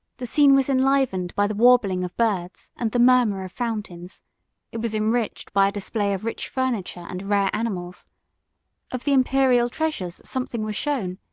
the scene was enlivened by the warbling of birds and the murmur of fountains it was enriched by a display of rich furniture and rare animals of the imperial treasures, something was shown,